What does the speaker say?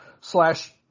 slash